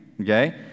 okay